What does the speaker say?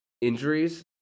injuries